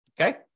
Okay